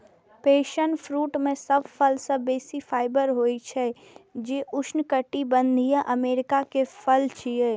passion fruit मे सब फल सं बेसी फाइबर होइ छै, जे उष्णकटिबंधीय अमेरिका के फल छियै